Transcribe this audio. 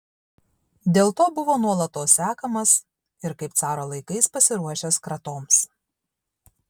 dėl to buvo nuolatos sekamas ir kaip caro laikais pasiruošęs kratoms